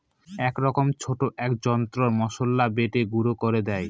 এক রকমের ছোট এক যন্ত্র মসলা বেটে গুঁড়ো করে দেয়